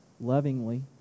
lovingly